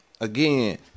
again